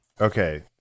Okay